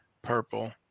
purple